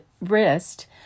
wrist